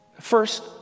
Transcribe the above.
first